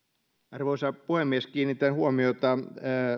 arvoisa puhemies kiinnitän huomiota